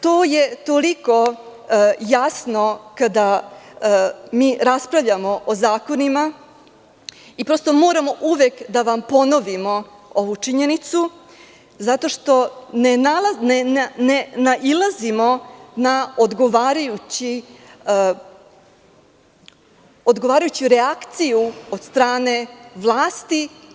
To je toliko jasno, kada mi raspravljamo o zakonima, i prosto moramo uvek da vam ponovimo ovu činjenicu, zato što ne nailazimo na odgovarajuću reakciju od strane vlasti.